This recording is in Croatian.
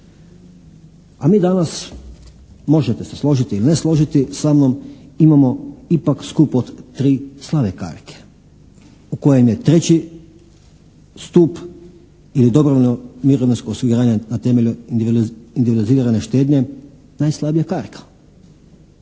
a mi danas možete se složiti i ne složiti samnom imamo ipak stup od tri slabe karike u kojem je treći stup ili dobrovoljno mirovinsko osiguranje na temelju individualizirane štednje najslabija karika.